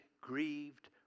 grieved